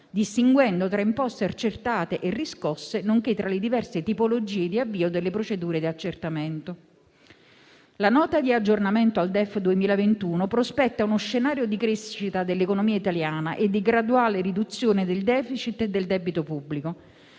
distinguendo tra imposte accertate e riscosse, nonché tra le diverse tipologie di avvio delle procedure di accertamento. La NADEF 2021 prospetta uno scenario di crescita dell'economia italiana e di graduale riduzione del *deficit* e del debito pubblico.